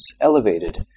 elevated